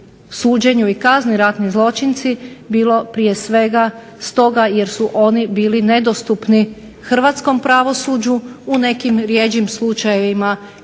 suđenju i kazni ratni zločinci, bilo prije svega stoga jer su oni bili nedostupni hrvatskom pravosuđu i u nekim rjeđim slučajevima